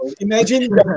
Imagine